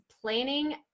planning